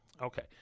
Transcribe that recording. Okay